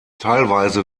teilweise